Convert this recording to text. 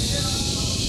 ששש.